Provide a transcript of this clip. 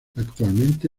actualmente